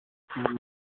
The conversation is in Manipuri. ꯎꯝ